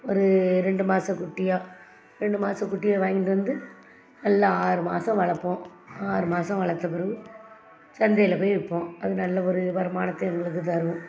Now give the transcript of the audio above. ஒரு ரெண்டு மாதக்குட்டியா ரெண்டு மாதக்குட்டிய வாங்கிட்டு வந்து நல்லா ஆறு மாதம் வளர்ப்போம் ஆறு மாதம் வளர்த்த பெறகு சந்தையில் போய் விற்போம் அது நல்ல ஒரு வருமானத்தை எங்களுக்கு தரும்